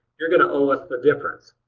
you're going to owe us the difference.